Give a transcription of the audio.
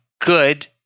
good